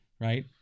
right